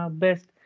best